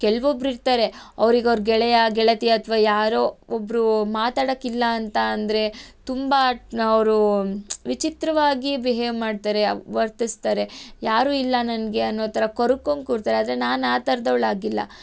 ಕೆಲವೊಬ್ರು ಇರ್ತಾರೆ ಅವ್ರಿಗವ್ರ ಗೆಳೆಯ ಗೆಳತಿ ಅಥವಾ ಯಾರೋ ಒಬ್ಬರು ಮಾತಾಡೋಕ್ಕಿಲ್ಲ ಅಂತ ಅಂದರೆ ತುಂಬ ಅವರು ವಿಚಿತ್ರವಾಗಿ ಬಿಹೇವ್ ಮಾಡ್ತಾರೆ ವರ್ತಿಸ್ತಾರೆ ಯಾರೂ ಇಲ್ಲ ನನಗೆ ಅನ್ನೋ ಥರ ಕೊರ್ಕೊಂಡು ಕೂರ್ತಾರೆ ಆದರೆ ನಾನು ಆ ಥರದವ್ಳಾಗಿಲ್ಲ